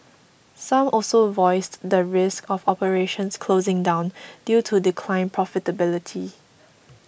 some also voiced the risk of operations closing down due to declined profitability